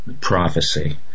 prophecy